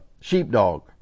sheepdog